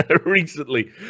recently